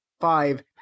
Five